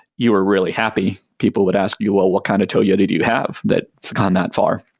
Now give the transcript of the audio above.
you were really happy. people would ask you, well, what kind of toyota do you have that gone that far?